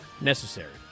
necessary